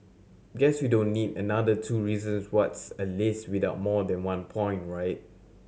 guess we don't need another two reasons what's a list without more than one point right